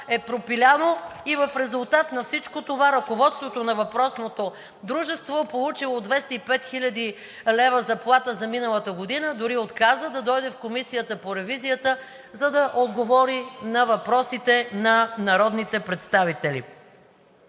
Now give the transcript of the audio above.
е пропиляно и в резултат на всичко това ръководството на въпросното дружество е получило 205 хил. лв. заплата за миналата година, дори отказа да дойде в Комисията по ревизията, за да отговори на въпросите на народните представители.